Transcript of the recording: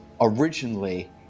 originally